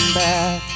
back